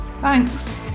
Thanks